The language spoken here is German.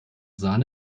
sahne